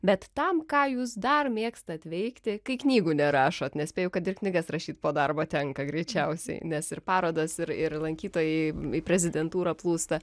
bet tam ką jūs dar mėgstat veikti kai knygų nerašot nes spėju kad ir knygas rašyt po darbo tenka greičiausiai nes ir parodos ir ir lankytojai į prezidentūrą plūsta